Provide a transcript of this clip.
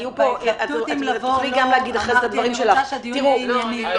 בהתלבטות אם לבוא או לא אמרתי שאני רוצה שהדיון יהיה ענייני.